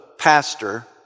pastor